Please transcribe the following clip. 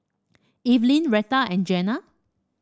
Evelyne Rheta and Jenna